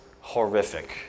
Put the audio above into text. horrific